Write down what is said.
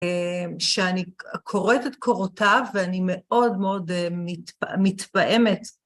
שאני קוראת את קורותיו ואני מאוד מאוד מתפעמת.